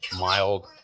mild